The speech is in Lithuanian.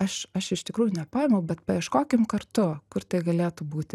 aš aš iš tikrųjų nepaėmiau bet paieškokim kartu kur tai galėtų būti